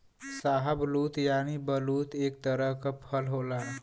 शाहबलूत यानि बलूत एक तरह क फल होला